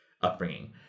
upbringing